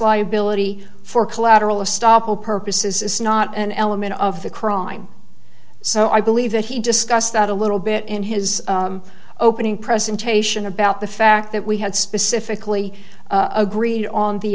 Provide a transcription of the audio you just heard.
liability for collateral estoppel purposes is not an element of the crime so i believe that he discussed that a little bit in his opening presentation about the fact that we had specifically agreed on the